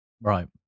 Right